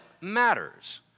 matters